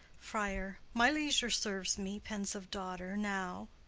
friar. my leisure serves me, pensive daughter, now.